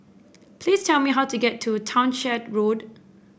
please tell me how to get to Townshend Road